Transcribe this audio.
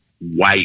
white